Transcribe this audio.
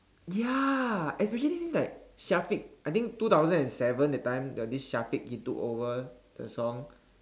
ya especially like Taufik I think two thousand and seven that time got this Taufik he took over the song